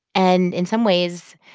and in some ways,